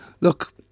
look